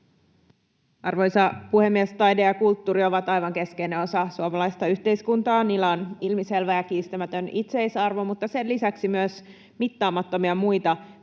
Arvoisa puhemies! Taide ja kulttuuri ovat aivan keskeinen osa suomalaista yhteiskuntaa. Niillä on ilmiselvä ja kiistämätön itseisarvo, mutta sen lisäksi myös mittaamattomia muita